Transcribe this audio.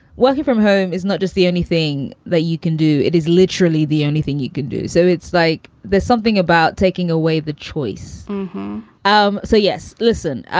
working from home is not just the only thing that you can do. it is literally the only thing you could do so it's like there's something about taking away the choice um so, yes, listen,